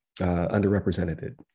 underrepresented